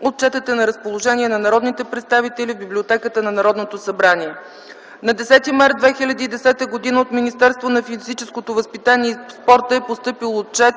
Отчетът е на разположение на народните представители в библиотеката на Народното събрание. На 10 март 2010 г. от Министерството на физическото възпитание и спорта е постъпил Отчет